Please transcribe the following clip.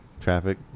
Traffic